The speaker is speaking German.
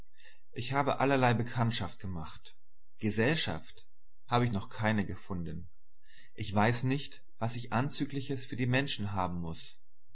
ich habe allerlei bekanntschaft gemacht gesellschaft habe ich noch keine gefunden ich weiß nicht was ich anzügliches für die menschen haben muß